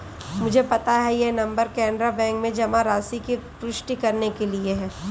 मुझे पता है यह नंबर कैनरा बैंक में जमा राशि की पुष्टि करने के लिए है